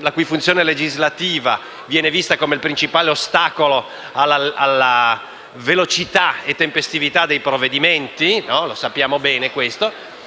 la cui funzione legislativa viene vista come il principale ostacolo alla velocità e alla tempestività dei provvedimenti - lo sappiamo bene - sta